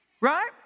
Right